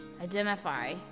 identify